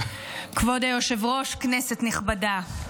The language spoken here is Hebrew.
כבוד היושב-ראש, כנסת נכבדה,